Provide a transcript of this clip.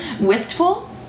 Wistful